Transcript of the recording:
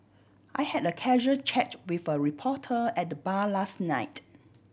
I had a casual chat with a reporter at the bar last night